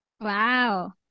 Wow